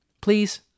Please